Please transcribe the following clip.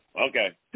Okay